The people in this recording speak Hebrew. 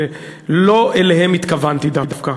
ולא אליהם התכוונתי דווקא.